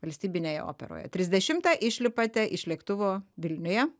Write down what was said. valstybinėje operoje trisdešimtą išlipate iš lėktuvo vilniuje